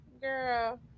Girl